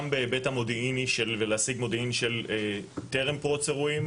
בהיבט המודיעיני של להשיג מודיעין של טרם פרוץ אירועים,